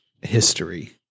history